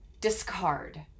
discard